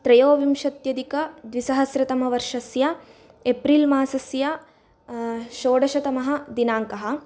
त्रयोविंशत्यधिकद्विसहस्रतमवर्षस्य एप्रिल् मासस्य षोडषतमः दिनाङ्कः